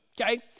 Okay